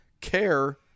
care